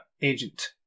agent